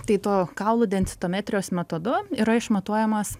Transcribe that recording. tai tuo kaulų densitometrijos metodu yra išmatuojamas